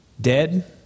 dead